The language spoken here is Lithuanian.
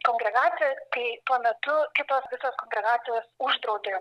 kongregaciją kai tuo metu kitos visos kongregacijos uždraudė